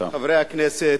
חברי הכנסת,